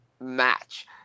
match